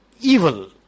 evil